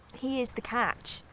he is the cat,